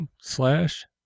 slash